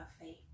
faith